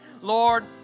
Lord